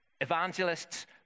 evangelists